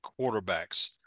quarterbacks